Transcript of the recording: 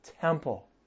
temple